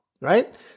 Right